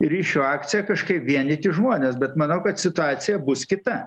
ryšių akciją kažkaip vienyti žmones bet manau kad situacija bus kita